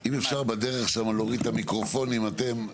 אם אפשר בדרך שם להוריד את המיקרופונים אתם,